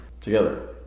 together